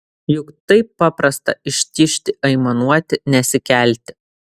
juk taip paprasta ištižti aimanuoti nesikelti